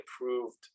approved